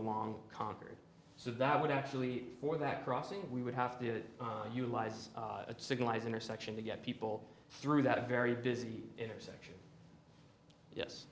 along concord so that would actually for that crossing we would have to utilize at signalized intersections to get people through that a very busy intersection yes